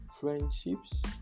friendships